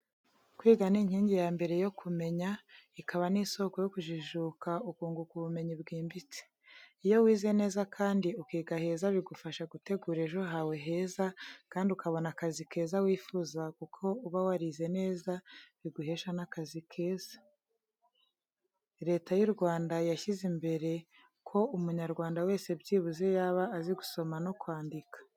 Kwiga ni inkingi ya mbere yo kumenya, ikaba n'isoko yo kujijuka ukunguka ubumenyi bwimbitse. Iyo wize neza kandi ukiga heza bigufasha gutegura ejo hawe heza kandi ukabona akazi keza wifuza kuko uba warize neza biguhesha n'akazi keza. Leta y'u Rwanda yashyize imbere ko Umunyarwanda wese byibuze yaba azi gusoma no kwandika.